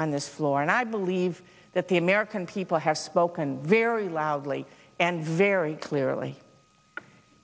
on this floor and i believe that the american people have spoken very loudly and very clearly